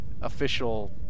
official